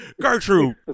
Gertrude